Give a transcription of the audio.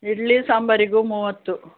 ಇಡ್ಲಿ ಸಾಂಬಾರಿಗು ಮೂವತ್ತು